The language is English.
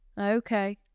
Okay